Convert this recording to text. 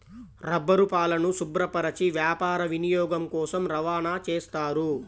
రబ్బరుపాలను శుభ్రపరచి వ్యాపార వినియోగం కోసం రవాణా చేస్తారు